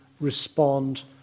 respond